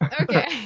okay